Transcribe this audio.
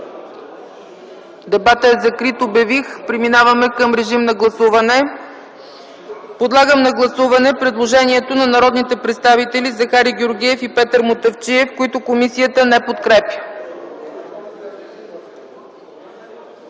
Дебатът е закрит. Преминаваме към гласуване. Подлагам на гласуване предложението на народните представители Захари Георгиев и Петър Мутафчиев, което комисията не подкрепя.